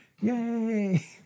Yay